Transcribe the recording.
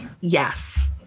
Yes